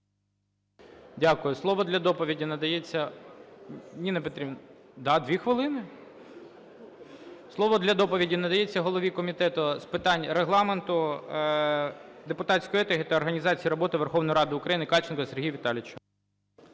хвилини. Слово для доповіді надається голові Комітету з питань Регламенту, депутатської етики та організації роботи Верховної Ради України Кальченку Сергію Віталійовичу.